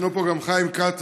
וישנו פה גם חיים כץ,